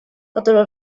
который